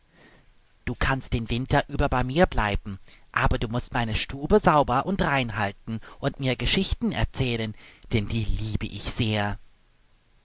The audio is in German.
du kannst den winter über bei mir bleiben aber du mußt meine stube sauber und rein halten und mir geschichten erzählen denn die liebe ich sehr